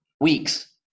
weeks